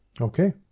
Okay